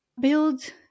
build